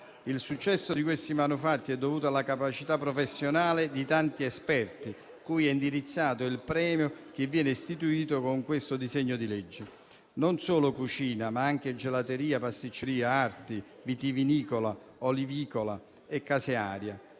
Il successo di questi manufatti è dovuto alla capacità professionale di tanti esperti, cui è indirizzato il premio che viene istituito con questo disegno di legge. Non solo cucina, ma anche gelateria, pasticceria, arte vitivinicola, olivicola e casearia.